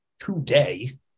today